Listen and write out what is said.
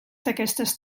d’aquestes